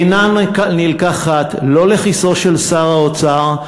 היא אינה נלקחת לכיסו של שר האוצר,